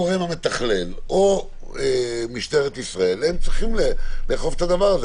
ולכן או הגורם המתכלל או משטרת ישראל צריכים לאכוף את הדבר הזה.